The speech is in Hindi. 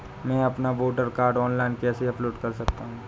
मैं अपना वोटर कार्ड ऑनलाइन कैसे अपलोड कर सकता हूँ?